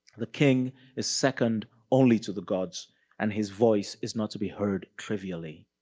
the king is second only to the gods and his voice is not to be heard trivially.